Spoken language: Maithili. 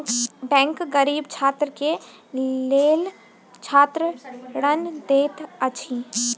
बैंक गरीब छात्र के लेल छात्र ऋण दैत अछि